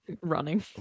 running